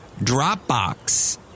Dropbox